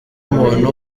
umuntu